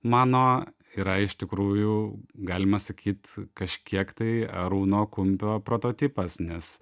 mano yra iš tikrųjų galima sakyt kažkiek tai arūno kumpio prototipas nes